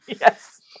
Yes